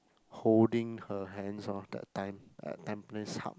holding her hands lor that time at Tampines Hub